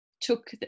took